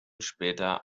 später